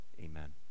Amen